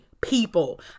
people